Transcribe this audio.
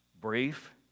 brief